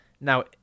Now